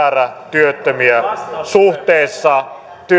työttömiä suhteessa